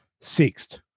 sixth